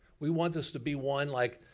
we want this to be one like,